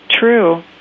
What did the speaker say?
true